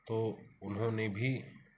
तो उन्होंने भी